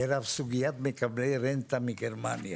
מירב, סוגיית מקבלי הרנטה מגרמניה,